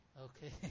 Okay